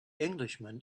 englishman